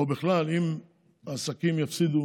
או בכלל אם עסקים יפסידו